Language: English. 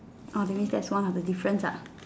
orh that means that's one of the difference ah